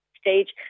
stage